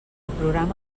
programa